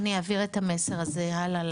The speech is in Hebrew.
אני אעביר את המסר הזה הלאה.